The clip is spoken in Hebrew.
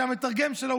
שהמתרגם שלו,